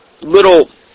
little